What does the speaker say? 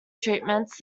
treatments